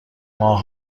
ماه